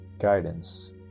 guidance